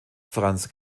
franz